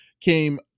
came